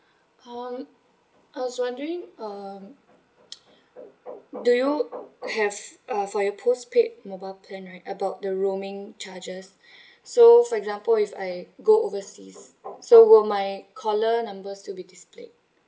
um I was wondering um do you have uh for your postpaid mobile plan right about the roaming charges so for example if I go overseas so will my caller numbers to be displayed